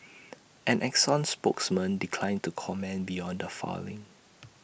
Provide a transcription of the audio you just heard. an exxon spokesman declined to comment beyond the filing